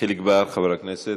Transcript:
חיליק בר, חבר הכנסת,